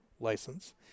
license